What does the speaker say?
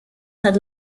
had